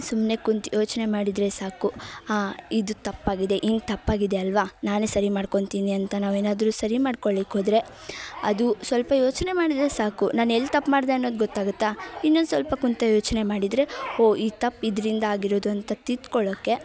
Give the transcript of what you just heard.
ಸುಮ್ನೆ ಕುಂತು ಯೋಚನೆ ಮಾಡಿದರೆ ಸಾಕು ತಪ್ಪಾಗಿದೆ ಅಲ್ಲವಾ ನಾನೇ ಸರಿ ಮಾಡ್ಕೊಂತೀನಿ ಅಂತ ನಾವೇನಾದರು ಸರಿ ಮಾಡ್ಕೊಳ್ಲಿಕ್ಕೆ ಹೋದ್ರೆ ಅದು ಸ್ವಲ್ಪ ಯೋಚನೆ ಮಾಡಿದರೆ ಸಾಕು ನಾನೆಲ್ಲಿ ತಪ್ಪು ಮಾಡಿದೆ ಅನ್ನೋದು ಗೊತ್ತಾಗುತ್ತೆ ಇನ್ನೊಂದು ಸ್ವಲ್ಪ ಕುಂತು ಯೋಚನೆ ಮಾಡಿದರೆ ಹೋ ಈ ತಪ್ಪು ಇದರಿಂದ ಆಗಿರೋದು ಅಂತ ತಿದ್ಕೊಳೋಕ್ಕೆ